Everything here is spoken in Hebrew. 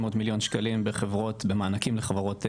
מיליון שקלים במענקים לחברות בפריפריה,